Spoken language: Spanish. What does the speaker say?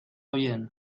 bien